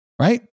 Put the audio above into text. right